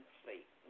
plate